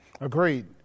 Agreed